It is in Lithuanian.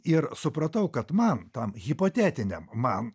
ir supratau kad man tam hipotetiniam man